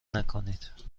نکنید